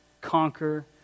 conquer